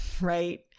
right